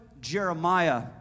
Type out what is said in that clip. Jeremiah